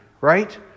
right